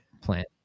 plant